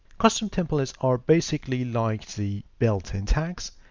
custom templates are basically like the built in tags,